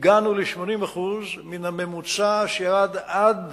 הגענו ל-80% מן הממוצע השנתי שירד עד